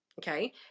okay